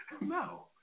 No